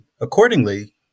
accordingly